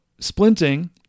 splinting